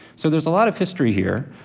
so, there's a lot of history here,